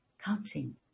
counting